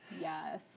yes